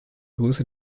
größe